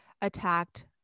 attacked